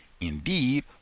Indeed